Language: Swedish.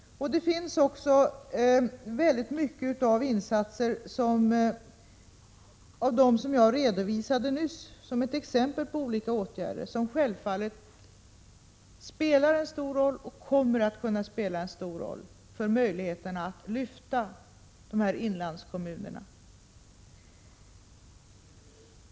Det görs också många insatser. Jag redovisade nyss exempel på åtgärder som självfallet spelar en stor roll och kommer att betyda mycket för möjligheterna att lyfta inlandskommunerna.